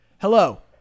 Hello